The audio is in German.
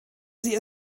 sie